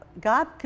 God